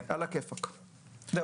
תודה.